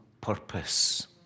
purpose